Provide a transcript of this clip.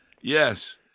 Yes